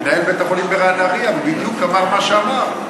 מנהל בית-החולים בנהרייה, בדיוק אמר מה שאמר.